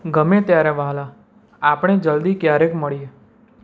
ગમે ત્યારે વહાલા આપણે જલ્દી ક્યારેક મળીએ